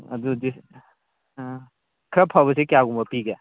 ꯑꯣ ꯑꯗꯨꯗꯤ ꯑꯥ ꯈꯔ ꯐꯕꯗꯤ ꯀꯌꯥꯒꯨꯝꯕ ꯄꯤꯒꯦ